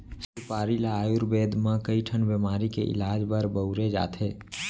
सुपारी ल आयुरबेद म कइ ठन बेमारी के इलाज बर बउरे जाथे